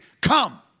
come